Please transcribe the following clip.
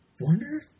wonder